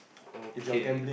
okay